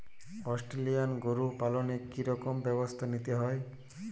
Australian গরু পালনে কি রকম ব্যবস্থা নিতে হয়?